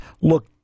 Look